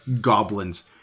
goblins